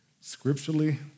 Scripturally